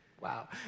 Wow